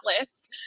list